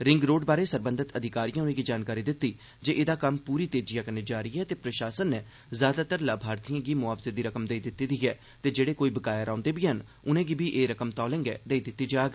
ring road बारै सरबंधित अधिकारियें उनेंगी जानकारी दिती जे एदा कम्म पूरी तेजिया कन्ने जारी ते प्रशासन नै ज्यादातर लाभार्थियें गी मुआवजे दी रकम देई दिती ऐ ते जेड़े कोई बकाया रोंहदे बी ऐन उनेंगी एह रकम तौले गै देई दिती जाग